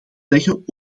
zeggen